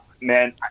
man